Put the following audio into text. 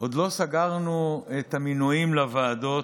עוד לא סגרנו את המינויים לוועדות,